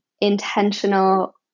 intentional